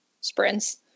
sprints